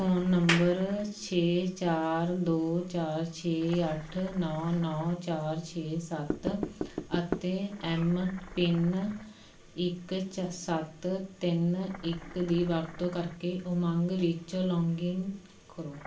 phone number ਛੇ ਚਾਰ ਦੋ ਚਾਰ ਛੇ ਅੱਠ ਨੌ ਨੌ ਚਾਰ ਛੇ ਸੱਤ ਅਤੇ ਐੱਮਪਿੰਨ ਇੱਕ 'ਚ ਸੱਤ ਤਿੰਨ ਇੱਕ ਦੀ ਵਰਤੋਂ ਕਰਕੇ ਉਮੰਗ ਵਿੱਚ ਲੌਗਇਨ ਕਰੋ